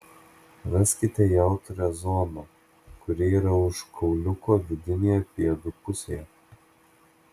raskite jautrią zoną kuri yra už kauliuko vidinėje pėdų pusėje